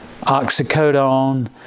oxycodone